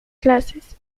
clases